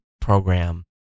program